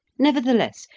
nevertheless,